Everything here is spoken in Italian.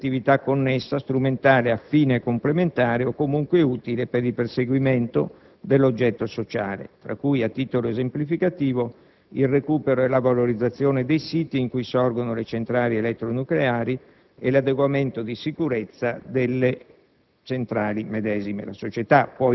La società, inoltre, può operare sia in Italia che all'estero e svolgere qualsiasi attività connessa, strumentale, affine, complementare o comunque utile per il perseguimento dell'oggetto sociale, tra cui, a titolo esemplificativo, il recupero e la valorizzazione dei siti in cui sorgono le centrali elettronucleari